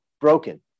broken